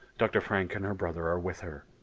dr. frank and her brother are with her.